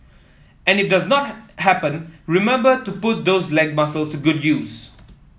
and if it does not happen remember to put those leg muscles good use